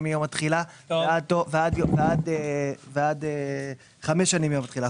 מיום התחילה ועד חמש שנים מיום התחילה,